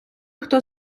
хто